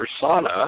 persona